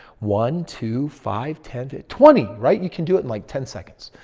one, two, five, ten to twenty, right? you can do it in like ten seconds.